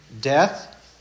death